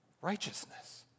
Righteousness